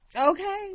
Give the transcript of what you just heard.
Okay